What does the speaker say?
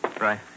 Right